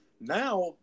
now